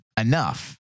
enough